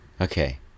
Okay